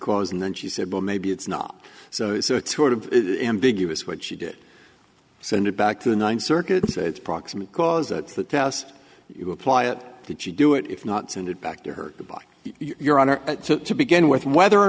cause and then she said well maybe it's not so so it's sort of ambiguous what she did send it back to the ninth circuit the proximate cause that you apply it that you do it if not send it back to her by your honor to begin with whether or